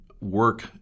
work